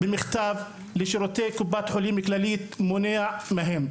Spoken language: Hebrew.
במכתב לשירותי קופת חולים כללית, מונע מהם.